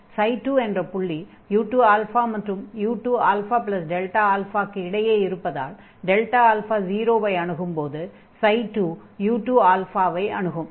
2 என்ற புள்ளி u2α மற்றும் u2αக்கு இடையே இருப்பதால் α 0 ஐ அணுகும்போது 2 u2α ஐ அணுகும்